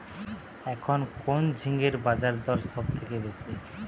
এখন কোন ঝিঙ্গের বাজারদর সবথেকে বেশি?